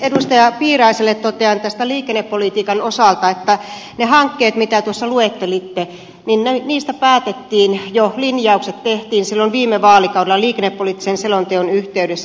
edustaja piiraiselle totean tämän liikennepolitiikan osalta että niistä hankkeista mitä tuossa luettelitte päätettiin jo linjaukset tehtiin silloin viime vaalikaudella liikennepoliittisen selonteon yhteydessä